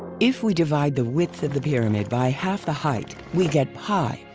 if we divide the width of the pyramid by half the height, we get pi,